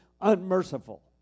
unmerciful